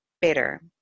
better